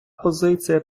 позиція